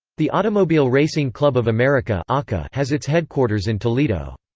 the automobile racing club of america america has its headquarters in toledo.